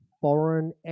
foreign